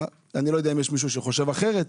אני לא יודע אם יש מישהו שחושב אחרת,